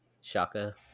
shaka